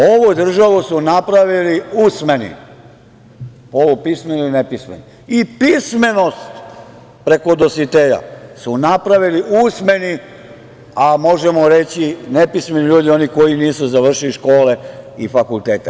Ovu državu su napravili usmeni, polupismeni ili nepismeni, i pismenost preko Dositeja su napravili usmeni, a možemo reći nepismeni ljudi, oni koji nisu završili škole i fakultete.